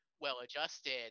well-adjusted